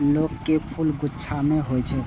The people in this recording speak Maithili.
लौंग के फूल गुच्छा मे होइ छै